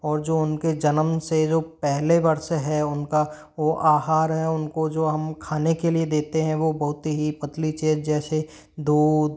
और जो उनके जन्म से जो पहले वर्ष है उनका वो आहार उनको जो हम खाने के लिए देते हैं वह बहुत ही पतली चीज जैसे दूध